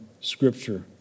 Scripture